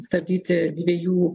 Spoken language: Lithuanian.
stabdyti dviejų